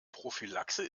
prophylaxe